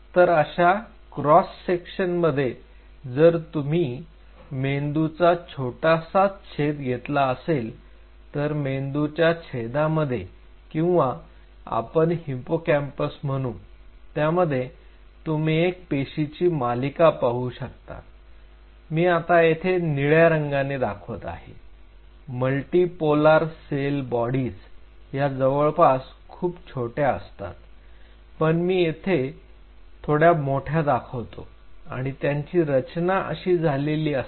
तर अशा cross section मध्ये जर कधी तुम्ही मेंदूचा छोटासाच छेद घेतला असेल तर मेंदूच्या छेदामध्ये किंवा आपण हिपोकॅम्पस म्हणू त्यामध्ये तुम्ही एक पेशींची मालिका पाहू शकता मी आता येथे निळ्या रंगाने दाखवत आहे मल्टी पोलार सेल बोडीज ह्या जवळपास खूप छोट्या असतात पण मी येथे थोड्या मोठ्या दाखवतो आणि त्यांची रचना अशी झालेली असते